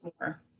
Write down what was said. more